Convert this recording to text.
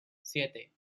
siete